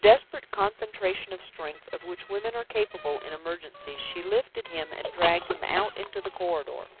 with the desperate concentration of strength of which women are capable in emergencies, she lifted him and dragged him out into the corridor.